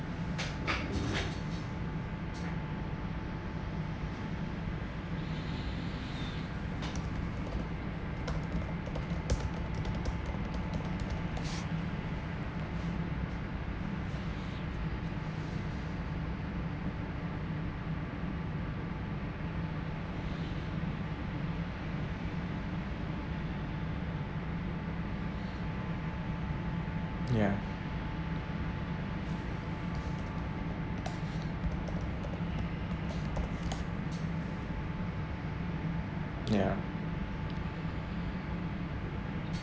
ya ya